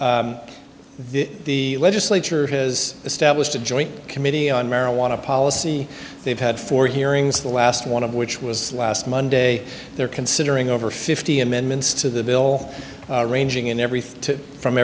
the legislature has established a joint committee on marijuana policy they've had four hearings the last one of which was last monday they are considering over fifty amendments to the bill ranging in every